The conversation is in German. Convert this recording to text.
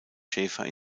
schäfer